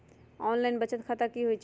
Online बचत खाता की होई छई?